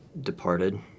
Departed